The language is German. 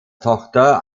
tochter